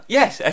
Yes